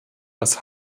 das